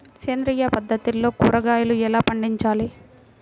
సేంద్రియ పద్ధతిలో కూరగాయలు ఎలా పండించాలి?